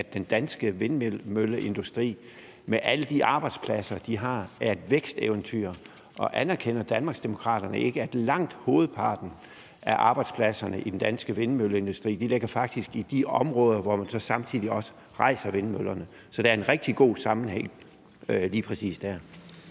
at den danske vindmølleindustri med alle de arbejdspladser, de har, er et væksteventyr? Og anerkender Danmarksdemokraterne ikke, at langt hovedparten af arbejdspladserne i den danske vindmølleindustri faktisk ligger i de områder, hvor vi så samtidig også rejser vindmøllerne, så der er en rigtig god sammenhæng lige præcis der?